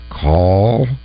Call